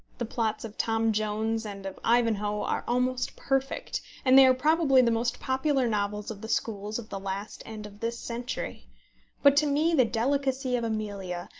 the plots of tom jones and of ivanhoe are almost perfect, and they are probably the most popular novels of the schools of the last and of this century but to me the delicacy of amelia,